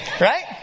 Right